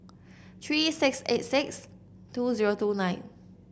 three six eight six two zero two nine